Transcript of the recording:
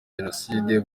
jenoside